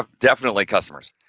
ah definitely customers,